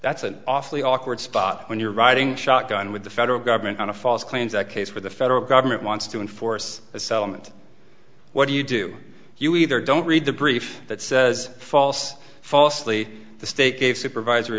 that's an awfully awkward spot when you're riding shotgun with the federal government on a false claims that case where the federal government wants to enforce its element what do you do you either don't read the brief that says false falsely the state gave supervisory